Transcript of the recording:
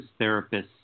therapists